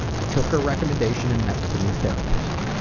i took her recommendation and met with the new therapist.